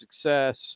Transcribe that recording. success